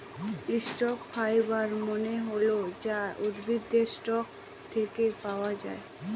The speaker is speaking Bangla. স্টক ফাইবার মানে হল যা উদ্ভিদের স্টক থাকে পাওয়া যায়